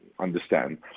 understand